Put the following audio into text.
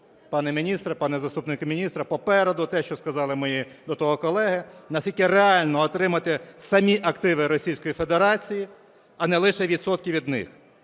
Пане міністре, пане заступнику міністра, попереду те, що сказали мої до того колеги, наскільки реально отримати самі активи Російської Федерації, а не лише відсотки від них.